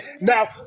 Now